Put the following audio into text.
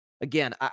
Again